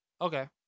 Okay